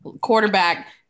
quarterback